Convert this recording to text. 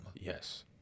Yes